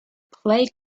play